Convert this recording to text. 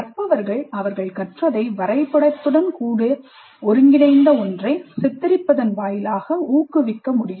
கற்பவர்கள் அவர்கள் கற்றதை வரைபடத்துடன் கூட ஒருங்கிணைந்த ஒன்றை சித்தரிப்பதன் வாயிலாக ஊக்குவிக்க முடியும்